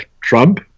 Trump